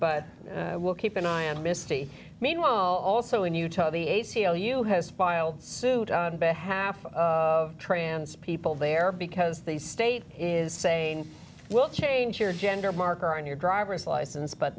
t we'll keep an eye on misty meanwhile also in utah the a c l u has filed suit on behalf two of trans people there because the state is saying well change your gender marker on your driver's license but